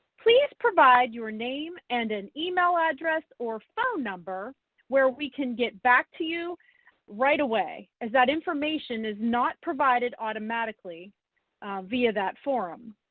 please provide your name and an email address or phone number where we can get back to you right away as that information is not provided automatically via that forum.